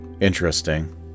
interesting